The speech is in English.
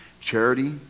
Charity